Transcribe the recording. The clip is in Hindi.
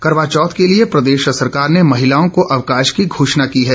करवाचौथ के लिए प्रदेश सरकार ने महिलाओं को अवकाश की घोषणा की है